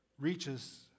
reaches